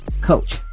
coach